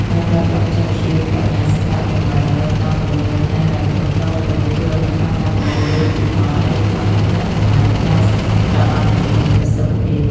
ការប្រើប្រាស់បច្ចេកវិទ្យាបញ្ញាសិប្បនិម្មិតដើម្បីផ្ដល់ដំបូន្មានផ្នែកហិរញ្ញវត្ថុផ្ទាល់ខ្លួន នឹងជួយឱ្យអ្នកប្រើប្រាស់កាបូបលុយឌីជីថលអាចរៀបចំផែនការចំណាយ និងការសន្សំប្រាក់បានយ៉ាងមានប្រសិទ្ធភាព។